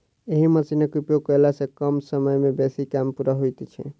एहि मशीनक उपयोग कयला सॅ कम समय मे बेसी काम पूरा होइत छै